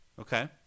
Okay